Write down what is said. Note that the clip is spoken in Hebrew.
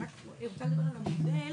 אני אדבר יותר על המודל.